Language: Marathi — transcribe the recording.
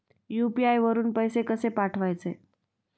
यु.पी.आय वरून पैसे कसे पाठवायचे?